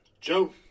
Joe